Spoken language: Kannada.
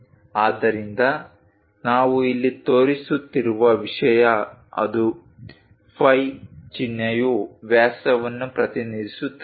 ಆದ್ದರಿಂದ ನಾವು ಇಲ್ಲಿ ತೋರಿಸುತ್ತಿರುವ ವಿಷಯ ಅದು ಫೈ ಚಿಹ್ನೆಯು ವ್ಯಾಸವನ್ನು ಪ್ರತಿನಿಧಿಸುತ್ತದೆ